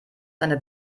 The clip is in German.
seine